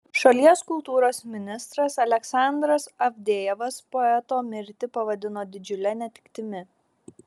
šalies kultūros ministras aleksandras avdejevas poeto mirtį pavadino didžiule netektimi